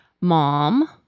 mom